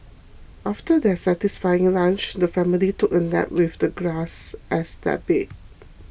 after their satisfying lunch the family took a nap with the grass as their bed